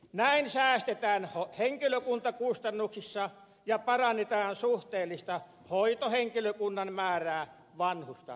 näin säästetään henkilökuntakustannuksissa ja parannetaan suhteellista hoitohenkilökunnan määrää vanhusta kohti